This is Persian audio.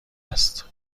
است